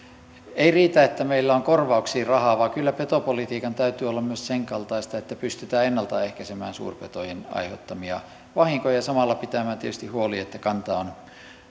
ei riitä että meillä on korvauksiin rahaa vaan kyllä petopolitiikan täytyy olla myös sen kaltaista että pystytään ennalta ehkäisemään suurpetojen aiheuttamia vahinkoja ja samalla pitämään tietysti huoli että kanta on